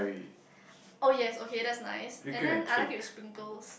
oh yes okay that's nice and then I like it with sprinkles